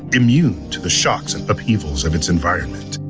immune to the shocks and upheavals of its environment.